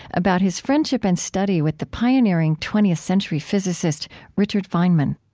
about his friendship and study with the pioneering twentieth century physicist richard feynman